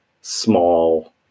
small